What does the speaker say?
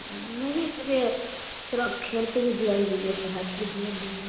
نہیں پھر بھی تھوڑا کھیل پہ بھی دھیان دیجیے پڑھائی پہ دھیان دیجیے